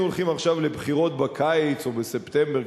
הולכים עכשיו לבחירות בקיץ או בספטמבר,